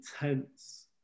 intense